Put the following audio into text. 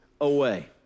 away